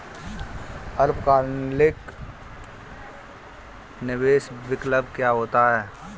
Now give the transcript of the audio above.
अल्पकालिक निवेश विकल्प क्या होता है?